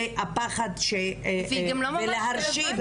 וכדי להרשים,